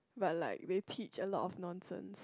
but like they teach a lot of nonsense